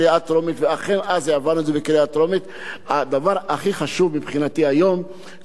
הדבר הכי חשוב מבחינתי היום הוא שיש הסכמה גם של השלטון המקומי,